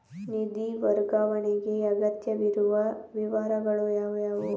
ನಿಧಿ ವರ್ಗಾವಣೆಗೆ ಅಗತ್ಯವಿರುವ ವಿವರಗಳು ಯಾವುವು?